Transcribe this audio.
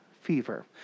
fever